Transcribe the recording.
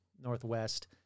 Northwest